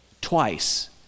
twice